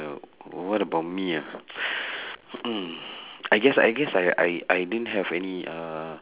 uh what about me ah I guess I guess I I I didn't have any uh